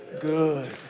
good